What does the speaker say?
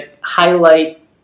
highlight